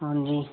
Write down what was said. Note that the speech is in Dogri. हां जी